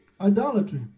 idolatry